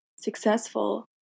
successful